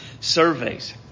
surveys